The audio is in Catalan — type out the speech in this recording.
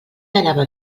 anava